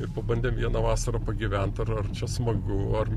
ir pabandėm vieną vasarą pagyvent ar ar čia smagu ar